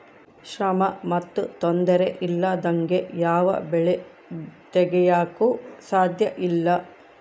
ಶ್ರಮ ಮತ್ತು ತೊಂದರೆ ಇಲ್ಲದಂಗೆ ಯಾವ ಬೆಳೆ ತೆಗೆಯಾಕೂ ಸಾಧ್ಯಇಲ್ಲ